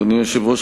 אדוני היושב-ראש,